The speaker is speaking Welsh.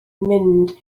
mynd